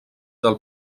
del